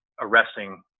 arresting